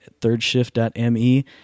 ThirdShift.me